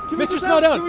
but mr. smaldone.